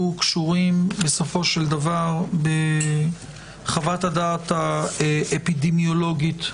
קשורים בחוות הדעת האפידמיולוגית,